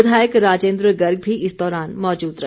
विधायक राजेन्द्र गर्ग भी इस दौरान मौजूद रहे